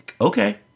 Okay